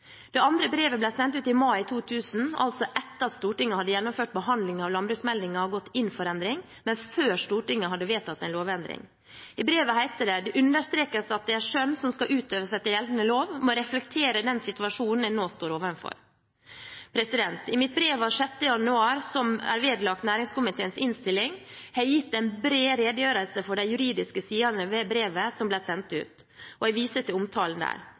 Det andre brevet ble sendt ut i mai 2000, altså etter at Stortinget hadde gjennomført behandlingen av landbruksmeldingen og gått inn for endring, men før Stortinget hadde vedtatt en lovendring. I brevet heter det: «Det understrekes at det skjønn som skal utøves etter gjeldende lov, må reflektere den situasjon en nå står overfor.» I mitt brev av 6. januar som er vedlagt næringskomiteens innstilling, har jeg gitt en bred redegjørelse for de juridiske sidene ved brevet som ble sendt ut, og jeg viser til omtalen der.